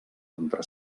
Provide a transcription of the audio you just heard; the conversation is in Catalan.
contra